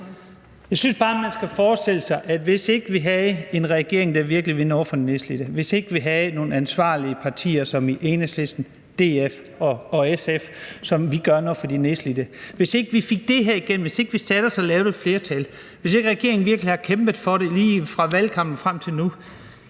Jeg synes, man skal forestille sig, at hvis ikke vi havde en regering, der virkelig vil noget for de nedslidte; hvis ikke vi havde nogle ansvarlige partier som Enhedslisten, DF og SF, som vil gøre noget for de nedslidte; hvis ikke vi fik det her igennem; hvis ikke vi satte os og lavede et flertal; hvis ikke regeringen virkelig havde kæmpet for det lige fra valgkampen og frem til nu,